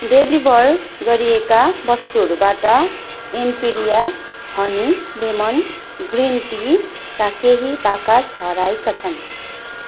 deliver गरिएका वस्तुहरूबाट Emperia honey lemon green टीका केही बाकस हराएका छन्